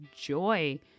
joy